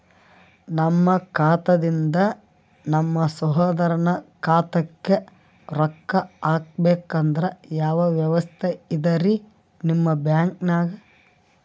ನಮ್ಮ ಖಾತಾದಿಂದ ನಮ್ಮ ಸಹೋದರನ ಖಾತಾಕ್ಕಾ ರೊಕ್ಕಾ ಹಾಕ್ಬೇಕಂದ್ರ ಯಾವ ವ್ಯವಸ್ಥೆ ಇದರೀ ನಿಮ್ಮ ಬ್ಯಾಂಕ್ನಾಗ?